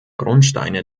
grundsteine